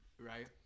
right